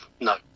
No